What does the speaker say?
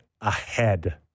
ahead